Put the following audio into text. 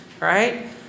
Right